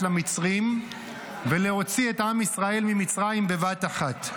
למצרים ולהוציא את עם ישראל ממצרים בבת אחת,